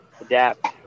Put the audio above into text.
Adapt